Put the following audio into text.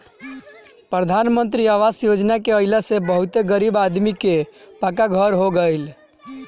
प्रधान मंत्री आवास योजना के आइला से बहुते गरीब आदमी कअ पक्का घर हो गइल